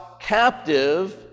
captive